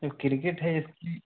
जो किर्केट है इसमें